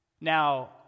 Now